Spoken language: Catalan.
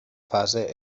fase